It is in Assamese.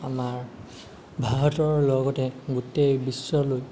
আমাৰ ভাৰতৰ লগতে গোটেই বিশ্বলৈ